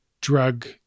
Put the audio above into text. drug